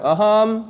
Aham